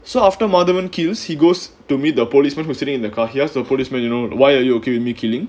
so after madhavan kills he goes to meet the policemen who sitting in the car he ask the policeman you know why are you okay with me killing